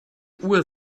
uhr